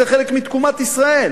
זה חלק מתקומת ישראל,